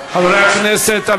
חברי הכנסת,